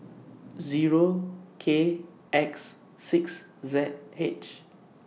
Zero K X six Z H